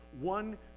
one